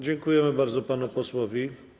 Dziękuję bardzo panu posłowi.